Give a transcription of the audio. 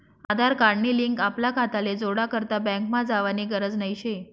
आधार card नी link आपला खाताले जोडा करता बँकमा जावानी गरज नही शे